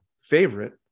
favorite